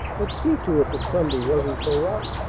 would see to it that sunday wasn't so rotten.